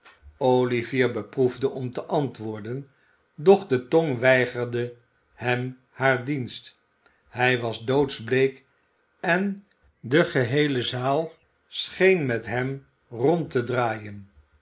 olivier beproefde om te antwoorden doch de tong weigerde hem haar dienst hij was doodsbleek en de geheele zaal scheen met hem rond te draaien